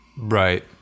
right